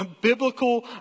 biblical